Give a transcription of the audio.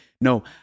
No